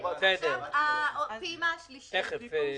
עכשיו הפעימה השלישית.